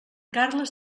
carles